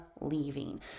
leaving